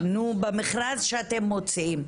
במכרז שאתם מוציאים.